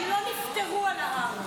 הם לא נפטרו על ההר,